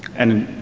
and,